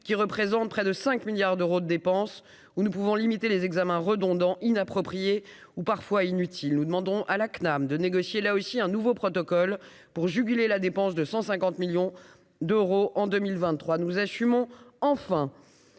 qui représente près de 5 milliards d'euros de dépenses où nous pouvons limiter les examens redondants inapproprié ou parfois inutile, nous demanderons à la CNAM de négocier là aussi un nouveau protocole pour juguler la dépense de 150 millions d'euros en 2023, nous assumons enfin